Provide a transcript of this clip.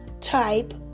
type